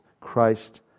Christ